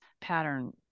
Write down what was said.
pattern